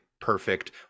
perfect